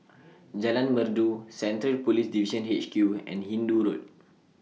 Jalan Merdu Central Police Division H Q and Hindoo Road